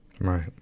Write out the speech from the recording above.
Right